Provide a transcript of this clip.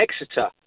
Exeter